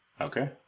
Okay